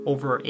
Over